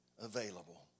available